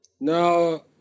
Now